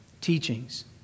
teachings